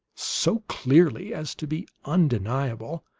so clearly as to be undeniable,